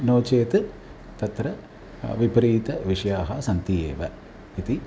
नो चेत् तत्र विपरीताः विषयाः सन्ति एव इति